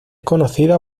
conocida